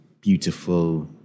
beautiful